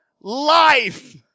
life